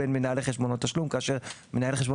בין מנהלי חשבונות תשלום; כאשר מנהל חשבון